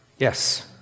Yes